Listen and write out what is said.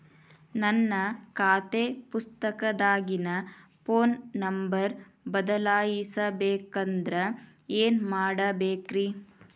ನನ್ನ ಖಾತೆ ಪುಸ್ತಕದಾಗಿನ ಫೋನ್ ನಂಬರ್ ಬದಲಾಯಿಸ ಬೇಕಂದ್ರ ಏನ್ ಮಾಡ ಬೇಕ್ರಿ?